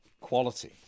quality